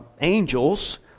angels